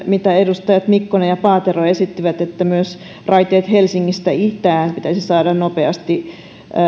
mitä edustajat mikkonen ja paatero esittivät että myös raiteet helsingistä itään pitäisi saada nopeasti